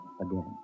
again